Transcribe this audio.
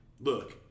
look